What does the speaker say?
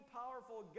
powerful